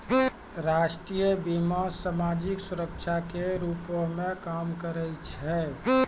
राष्ट्रीय बीमा, समाजिक सुरक्षा के रूपो मे काम करै छै